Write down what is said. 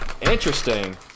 Interesting